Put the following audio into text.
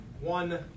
one